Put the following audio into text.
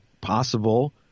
possible